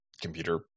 computer